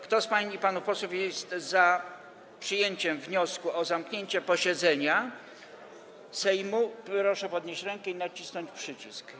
Kto z pań i panów posłów jest za przyjęciem wniosku o zamknięcie posiedzenia Sejmu, proszę podnieść rękę i nacisnąć przycisk.